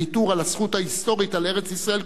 הזכות ההיסטורית על ארץ-ישראל כולה,